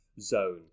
zone